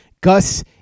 Gus